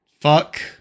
Fuck